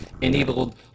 enabled